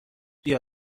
بیا